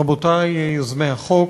רבותי יוזמי החוק,